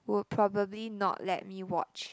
would probably not let me watch